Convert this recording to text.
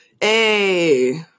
Hey